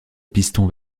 piston